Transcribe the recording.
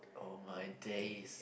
oh my days